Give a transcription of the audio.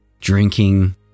drinking